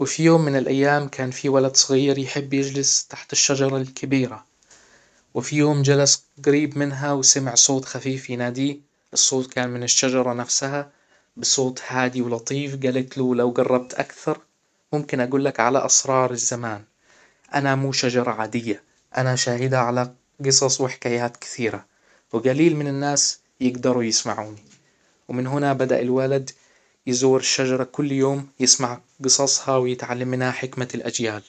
وفي يوم من الايام كان في ولد صغير يحب يجلس تحت الشجرة الكبيرة وفي يوم جلس جريب منها وسمع صوت خفيف يناديه الصوت كان من الشجرة نفسها بصوت هادي ولطيف جالت له: لو جربت اكثر ممكن اجول لك على اسرار الزمان انا مو شجرة عادية انا شاهدة على جصص وحكايات كثيرة وجليل من الناس يقدروا يسمعوني. ومن هنا بدأ الولد يزور الشجرة كل يوم يسمع جصصها ويتعلم منها حكمة الاجيال